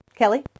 Kelly